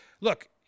look